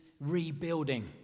rebuilding